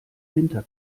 winter